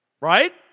right